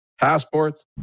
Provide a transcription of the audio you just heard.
passports